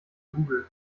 google